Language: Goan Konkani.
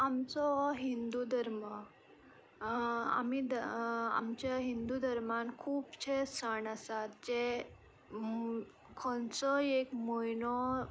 आमचो हिंदू धर्म आमी आमच्या हिंदू धर्मांत खूबशे सण आसात जे खंयचोय एक म्हयनो